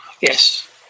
Yes